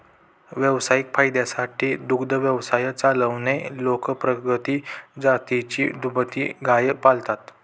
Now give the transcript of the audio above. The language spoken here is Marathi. व्यावसायिक फायद्यासाठी दुग्ध व्यवसाय चालवणारे लोक प्रगत जातीची दुभती गाय पाळतात